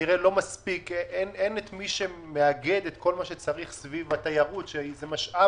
כנראה לא מספיק ואין את מי שמאגד את כל מה שצריך סביב התיירות שזה משאב.